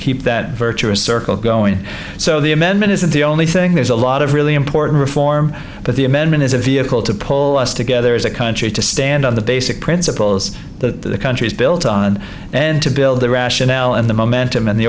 keep that virtuous circle going so the amendment isn't the only thing there's a lot of really important reform but the amendment is a vehicle to pull us together as a country to stand on the basic principles the country is built on and to build the rationale and the momentum and the